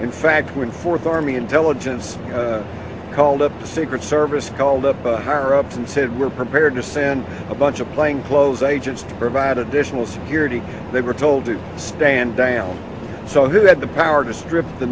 in fact when fourth army intelligence called up the secret service called up higher ups and said we're prepared to send a bunch of plainclothes agents to provide additional security they were told to stand down so they had the power to strip the